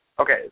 Okay